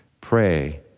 Pray